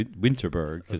Winterberg